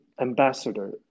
ambassador